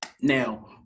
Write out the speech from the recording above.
Now